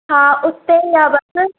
हा हुते ई आहे बसि